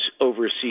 overseas